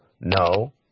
No